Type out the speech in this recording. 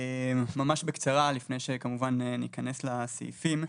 ממש בקצרה, לפני שכמובן ניכנס לסעיפים.